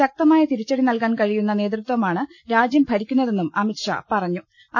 ശക്തമായ തിരിച്ചടി നൽകാൻ കഴിയുന്ന നേതൃത്വമാണ് രാജ്യം ഭരിക്കുന്നതെന്നും അമിത്ഷാ പ്റഞ്ഞു്